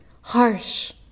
harsh